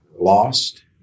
lost